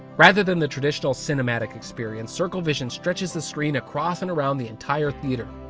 rather than the traditional cinematic experience, circle vision stretches the screen across and around the entire theater,